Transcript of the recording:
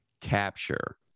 capture